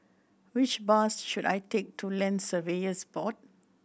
which bus should I take to Land Surveyors Board